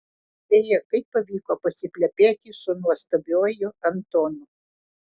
beje kaip pavyko pasiplepėti su nuostabiuoju antonu